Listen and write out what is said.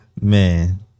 Man